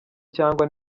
cyangwa